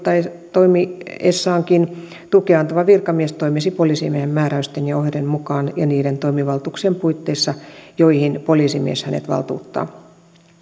toimiessaankin tukea antava virkamies toimisi poliisimiehen määräysten ja ohjeiden mukaan ja niiden toimivaltuuksien puitteissa joihin poliisimies hänet valtuuttaa